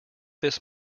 this